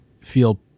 feel